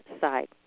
Side